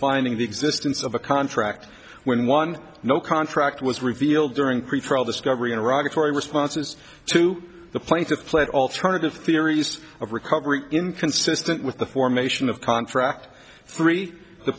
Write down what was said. finding the existence of a contract when one no contract was revealed during pretrial discovery in iraq a tory responses to the plaintiff played alternative theories of recovery inconsistent with the formation of contract three the